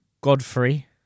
Godfrey